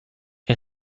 این